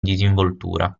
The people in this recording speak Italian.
disinvoltura